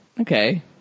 Okay